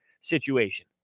situation